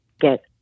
get